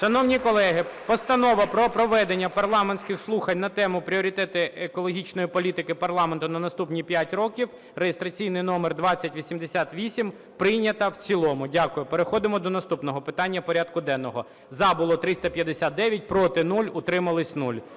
Шановні колеги, Постанова про проведення парламентських слухань на тему: "Пріоритети екологічної політики Парламенту на наступні 5 років" (реєстраційний номер 2088) прийнята в цілому. Дякую. Переходимо до наступного питання порядку денного. За було 359, проти – 0, утримались –